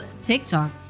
TikTok